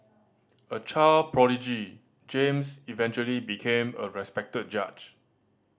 a child prodigy James eventually became a respected judge